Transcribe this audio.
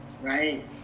Right